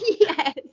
Yes